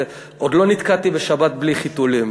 ועוד לא נתקעתי בשבת בלי חיתולים.